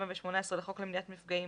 7 ו18 לחוק למניעת מפגעים,